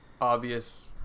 obvious